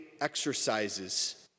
exercises